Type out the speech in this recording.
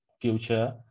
future